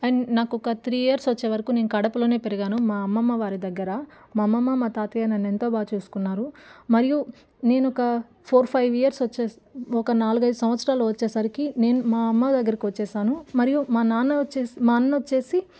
and నాకు ఒక three years వచ్చేవరకు నేను కడపలోనే పెరిగాను మా అమ్మమ్మ వారి దగ్గర మా అమ్మమ్మ మా తాతయ్య నన్ను ఎంతో బాగా చేసుకున్నారు మరియు నేను ఒక ఫోర్ ఫైవ్ ఇయర్స్ వచ్చేసరి ఒక నాలుగైదు సంవత్సరాలు వచ్చేసరికి నేను మా అమ్మ దగ్గరికి వచ్చేసాను మరియు మా నాన్న వచ్చేసి మా అన్న వచ్చేసి